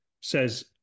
says